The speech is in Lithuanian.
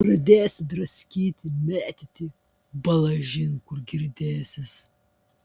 pradėsi draskyti mėtyti balažin kur girdėsis